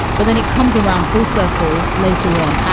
but then it comes around full circle. later on,